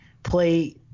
play